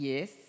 Yes